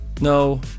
No